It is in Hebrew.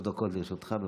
בבקשה.